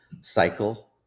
cycle